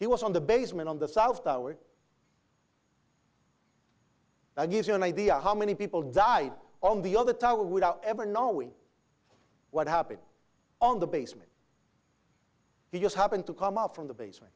he was on the basement on the south tower and gives you an idea how many people died on the other tower without ever knowing what happened on the basement he just happened to come up from the basement